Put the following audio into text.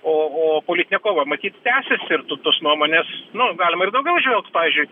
o o politinė kova matyt tęsis ir tu tos nuomonės nu galima ir daugiau įžvelgt pavyzdžiui